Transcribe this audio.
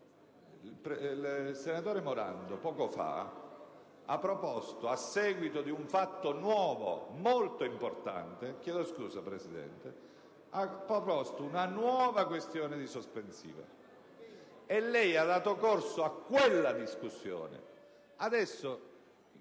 il senatore Morando poco fa ha proposto, a seguito di un fatto nuovo, molto importante, una nuova questione sospensiva e lei ha dato corso a quella discussione.